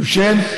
דושֵן.